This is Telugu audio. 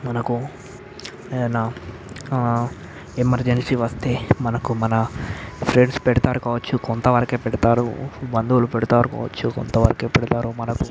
మనకు ఏదన్నా ఎమర్జెన్సీ వస్తే మనకు మన ఫ్రెండ్స్ పెడతారు కావచ్చు కొంత వరకే పెడతారు బంధువులు పెడతారు కావచ్చు కొంత వరకే పెడతారు మనకు